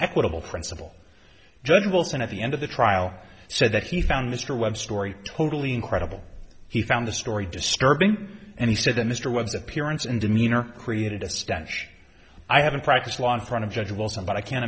equitable principle judge wilson at the end of the trial said that he found mr webb story totally incredible he found the story disturbing and he said that mr webb's appearance and demeanor created a stench i haven't practiced law in front of judge wilson but i can't